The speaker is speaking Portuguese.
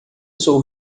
sou